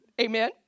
Amen